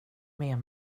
med